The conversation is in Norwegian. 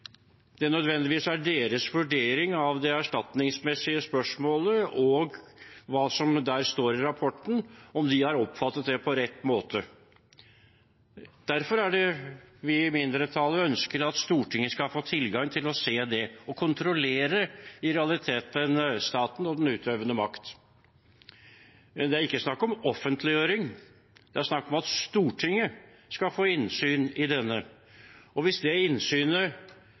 vurdering av det erstatningsmessige spørsmålet og hva som der står i rapporten, har oppfattet det på rett måte. Derfor er det vi i mindretallet ønsker at Stortinget skal få tilgang til å se den og i realiteten kontrollere staten og den utøvende makt. Det er ikke snakk om offentliggjøring. Det er snakk om at Stortinget skal få innsyn i den, og hvis det innsynet